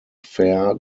fair